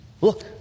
Look